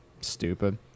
Stupid